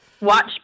Watch